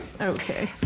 Okay